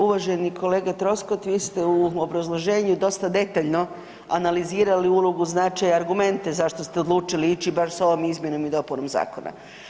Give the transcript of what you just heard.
Uvaženi kolega Troskot, vi ste u obrazloženju dosta detaljno analizirali ulogu, značaj i argumente zašto ste odlučili ići sa ovom izmjenom i dopunom zakona.